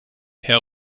herr